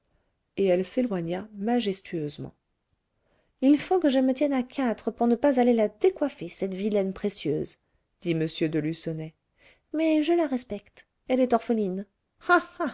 et elle s'éloigna majestueusement il faut que je me tienne à quatre pour ne pas aller la décoiffer cette vilaine précieuse dit m de lucenay mais je la respecte elle est orpheline